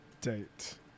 date